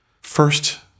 first